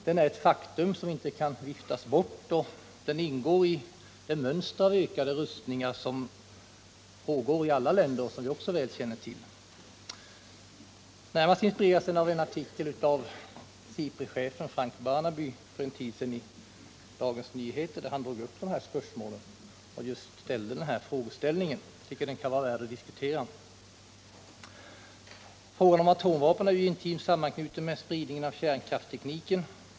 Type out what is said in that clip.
Den är ett faktum som inte kan viftas bort, och den ingår i det mönster av ökade rustningar som fö förutsättningar för rekommer i alla länder och som vi också väl känner till. Närmast inspirerades min fråga av en artikel av SIPRI-chefen Frank Barnaby för en tid sedan i Dagens Nyheter, där han tog upp dessa spörsmål och förde fram just den här frågeställningen. Jag tycker att den kan vara värd att diskutera. Frågan om atomvapen är ju intimt sammanknuten med spridningen av kärnkraftstekniken.